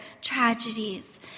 tragedies